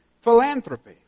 philanthropy